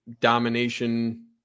domination